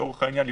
לצורך העניין,